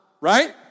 right